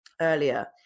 earlier